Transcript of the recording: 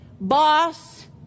boss